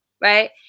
right